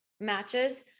matches